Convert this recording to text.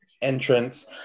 entrance